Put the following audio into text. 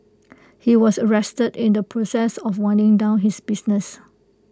he was arrested in the process of winding down his business